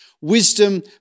Wisdom